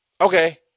okay